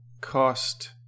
cost